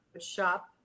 shop